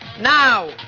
Now